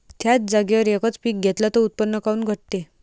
थ्याच जागेवर यकच पीक घेतलं त उत्पन्न काऊन घटते?